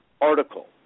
article